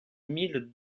mille